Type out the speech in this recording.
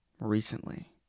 recently